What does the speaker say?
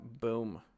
boom